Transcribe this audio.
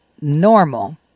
Normal